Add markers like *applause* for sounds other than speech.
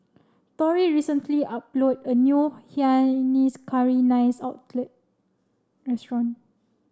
Torrey recently *unintelligible* a new Hainanese Curry Nice *unintelligible* Restaurant